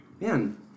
man